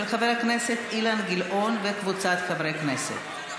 של חבר הכנסת אילן גילאון וקבוצת חברי כנסת.